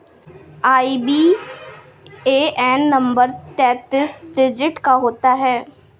IBAN number चौतीस digit का होता है